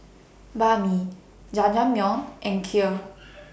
Banh MI Jajangmyeon and Kheer